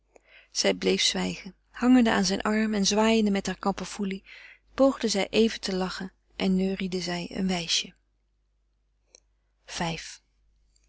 zij bleef zwijgen hangende aan zijn arm en zwaaiende met hare kamperfoelie poogde zij even te lachen en neuriede zij een wijsje v